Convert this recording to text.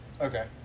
Okay